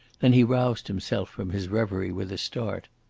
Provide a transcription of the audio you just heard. then he roused himself from his reverie with a start.